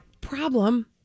Problem